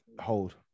hold